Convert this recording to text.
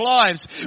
lives